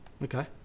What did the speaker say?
okay